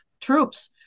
troops